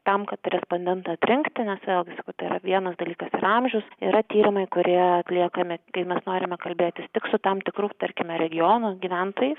tam kad respondentą atrinkti nes vėl visko tai yra vienas dalykas amžius yra tyrimai kurie atliekami tai mes norime kalbėtis tik su tam tikru tarkime regiono gyventojais